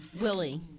Willie